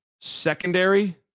Secondary